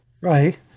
Right